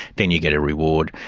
then you get a reward,